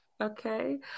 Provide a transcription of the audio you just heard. okay